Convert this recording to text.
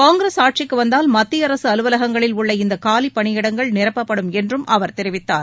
காங்கிரஸ் ஆட்சிக்கு வந்தால் மத்திய அரசு அலுவலகங்களில் உள்ள இந்த காலி பணியிடங்கள் நிரப்பப்படும் என்றும் அவர் தெரிவித்தார்